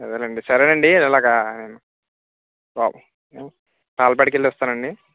అదే అండి సరే అండి ఇలాగ వావ్ పాల ప్యాకెట్కి వెళ్ళి వస్తాను అండి